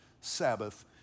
Sabbath